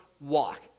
walk